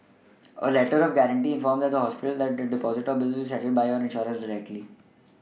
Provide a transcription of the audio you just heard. a letter of guarantee informs the hospital that your Deposit or Bills will be settled by your insurer directly